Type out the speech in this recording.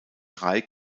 drei